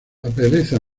aparece